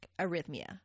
arrhythmia